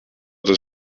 das